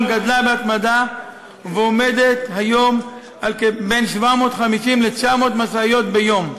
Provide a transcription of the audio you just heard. גדלה בהתמדה ועומדת היום על בין 750 ל-900 משאיות ביום.